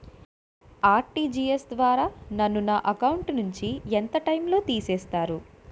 నేను ఆ.ర్టి.జి.ఎస్ ద్వారా నా అకౌంట్ నుంచి ఎంత టైం లో నన్ను తిసేస్తారు?